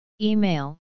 Email